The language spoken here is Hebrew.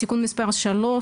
(תיקון מס' 3),